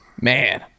Man